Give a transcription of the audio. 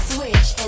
Switch